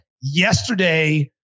Yesterday